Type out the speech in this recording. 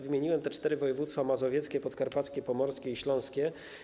Wymieniłem te cztery województwa: mazowieckie, podkarpackie, pomorskie i śląskie.